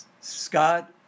Scott